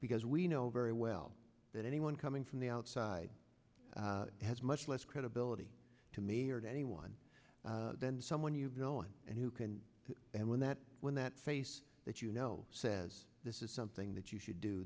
because we know very well that anyone coming from the outside has much less credibility to me or to anyone than someone you're growing and who can and when that when that face that you know says this is something that you should do